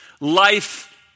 Life